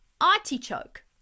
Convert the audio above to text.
artichoke